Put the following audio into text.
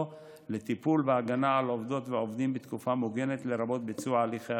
להגנה על עובדות ועובדים בתקופה מוגנת וטיפול